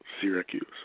Syracuse